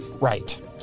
Right